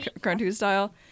cartoon-style